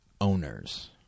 owners